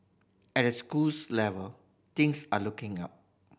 at the schools level things are looking up